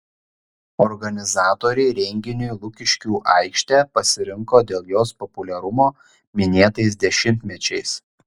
organizatoriai renginiui lukiškių aikštę pasirinko dėl jos populiarumo minėtais dešimtmečiais